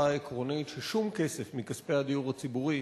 העקרונית ששום כסף מכספי הדיור הציבורי